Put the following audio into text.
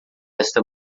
esta